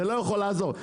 זה לא יכול לעזור.